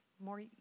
more